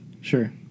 sure